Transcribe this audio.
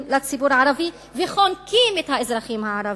לציבור הערבי וחונקים את האזרחים הערבים,